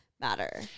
matter